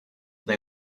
they